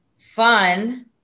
fun